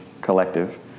collective